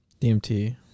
DMT